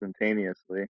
instantaneously